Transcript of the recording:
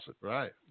Right